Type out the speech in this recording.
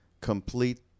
complete